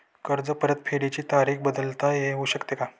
कर्ज परतफेडीची तारीख बदलता येऊ शकते का?